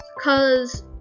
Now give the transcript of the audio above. cause